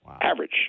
average